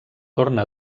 torna